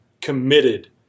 committed